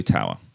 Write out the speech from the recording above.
Tower